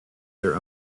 their